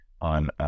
on